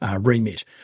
remit